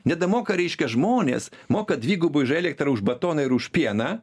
nebemoka reiškia žmonės moka dvigubai už elektrą už batoną ir už pieną